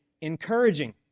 encouraging